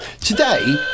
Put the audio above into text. today